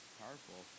powerful